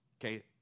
okay